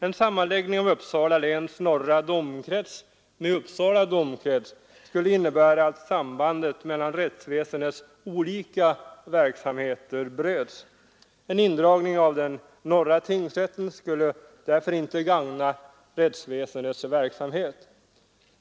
En sammanläggning av Uppsala läns norra domkrets med Uppsala domkrets skulle innebära att sambandet mellan rättsväsendets olika verksamheter bröts. En indragning av Uppsala läns norra tingsrätt skulle därför inte gagna rättsväsendets verksamhet.